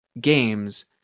games